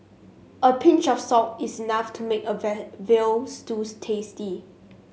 a pinch of salt is enough to make a veal stew tasty